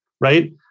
Right